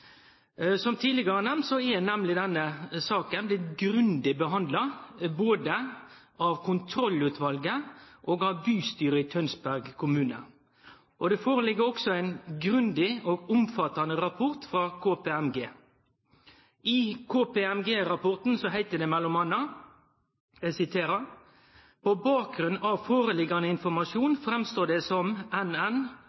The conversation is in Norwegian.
Som tidlegare nemnt har nemleg denne saka vore grundig behandla, både av kontrollutvalet og av bystyret i Tønsberg kommune. Det føreligg også ein grundig og omfattande rapport frå KPMG. Ifølgje innstillinga heiter det i KPMG-rapporten m.a.: «På bakgrunn av foreliggende informasjon